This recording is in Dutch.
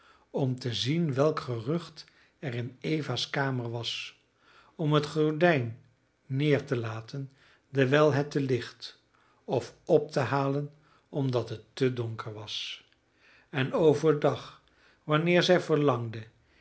om te zien welk gerucht er in eva's kamer was om het gordijn neer te laten dewijl het te licht of op te halen omdat het te donker was en over dag wanneer zij verlangde